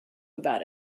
about